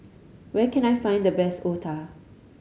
where can I find the best otah